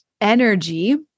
energy